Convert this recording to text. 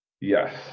yes